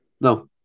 no